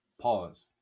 Pause